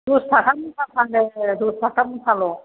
दस थाखा मुथा फानो दस थाखा मुथाल'